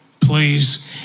please